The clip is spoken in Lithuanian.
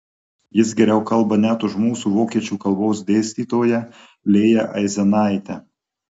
jis geriau kalba net už mūsų vokiečių kalbos dėstytoją lėją aizenaitę